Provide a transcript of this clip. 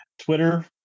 Twitter